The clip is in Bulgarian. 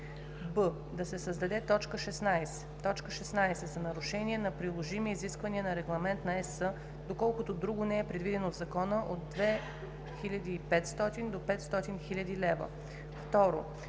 б) да се създаде т. 16: „16. за нарушение на приложими изисквания на регламент на ЕС, доколкото друго не е предвидено в закона – от 2500 до 500 000 лв.“;